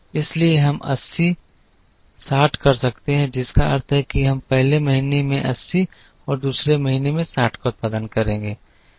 इसलिए हम 80 60 कर सकते हैं जिसका अर्थ है कि हम पहले महीने में 80 और दूसरे में 60 का उत्पादन करते हैं